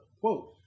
Quote